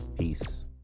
Peace